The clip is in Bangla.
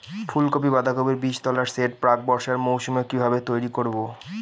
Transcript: ফুলকপি বাধাকপির বীজতলার সেট প্রাক বর্ষার মৌসুমে কিভাবে তৈরি করব?